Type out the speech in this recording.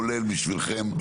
כולל בשבילכם.